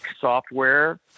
software